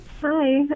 Hi